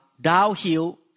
downhill